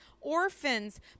orphans